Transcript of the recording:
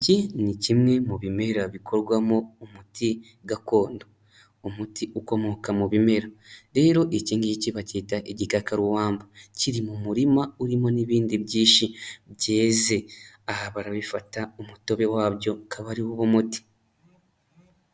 Iki ni kimwe mu bimera bikorwamo umuti gakondo, umuti ukomoka mu bimera rero iki ngiki bakita igigakarubamba, kiri mu murima urimo n'ibindi byinshi byeze, aha barabifata umutobe wabyo ukaba ari wo uba muti.